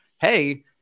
Hey